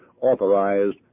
authorized